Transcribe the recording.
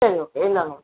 சரி ஓகே இந்தாங்கள்